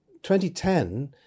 2010